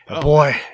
Boy